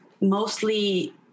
mostly